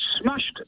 smashed